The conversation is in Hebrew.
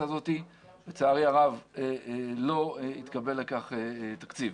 הזאת אבל לצערי הרב לא התקבל לכך תקציב.